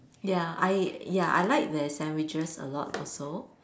ya I ya I like their sandwiches a lot also